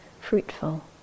fruitful